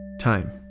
Time